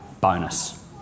bonus